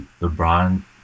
LeBron